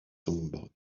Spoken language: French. sombres